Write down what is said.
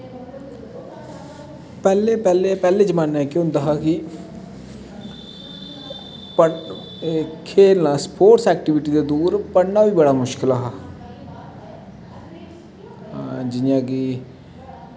पैह्ले पैह्ले जमाने च केह् होंदा हा कि खेढना स्पोर्टस ऐक्टिविटी ते जरूर पढ़ना बी बड़ा मुश्कल हा जि'यां कि